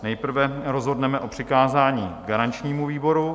Nejprve rozhodneme o přikázání garančnímu výboru.